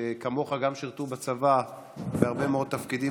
כמוך, ששירתָ בצבא בהרבה מאוד תפקידים,